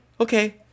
okay